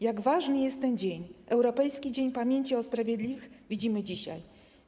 Jak ważny jest Europejski Dzień Pamięci o Sprawiedliwych, widzimy dzisiaj.